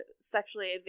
sexually